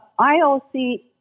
IOC